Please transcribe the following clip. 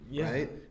Right